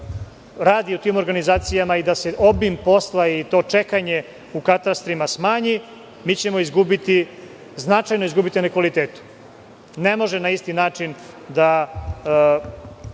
radi u tim organizacijama i da se obim posla i to čekanje u katastrima smanji. Mi ćemo značajno izgubiti na kvalitetu. Ne može na isti način da